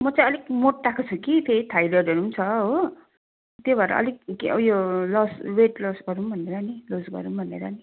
म चाहिँ अलिक मोटाएको छु कि फेरि थाइरोइडहरू पनि छ हो त्यही भएर अलिक के उयो लस वेट लस गरौँ भनेर नि लुज गरौँ भनेर नि